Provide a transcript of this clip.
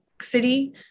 city